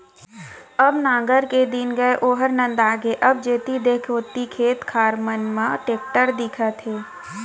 अब नांगर के दिन गय ओहर नंदा गे अब जेती देख ओती खेत खार मन म टेक्टरेच दिखत हे